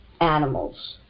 animals